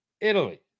Italy